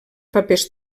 papers